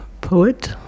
poet